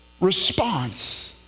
response